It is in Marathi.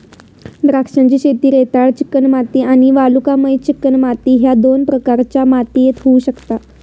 द्राक्षांची शेती रेताळ चिकणमाती आणि वालुकामय चिकणमाती ह्य दोन प्रकारच्या मातीयेत होऊ शकता